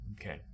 Okay